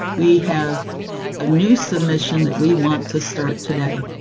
we have a new submission that we want to start today.